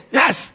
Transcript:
yes